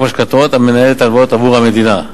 למשכנתאות המנהל את ההלוואות עבור המדינה.